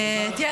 אז תודה